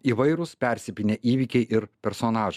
įvairūs persipynę įvykiai ir personaž